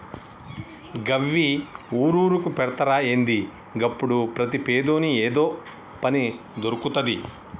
గివ్వి ఊరూరుకు పెడ్తరా ఏంది? గప్పుడు ప్రతి పేదోని ఏదో పని దొర్కుతది